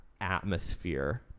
atmosphere